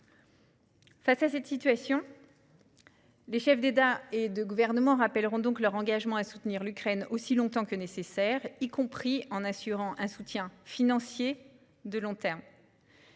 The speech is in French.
Face à cette situation, les chefs d'État et de gouvernement rappelleront donc leur engagement à soutenir l'Ukraine aussi longtemps que nécessaire, y compris en assurant un soutien financier de long terme.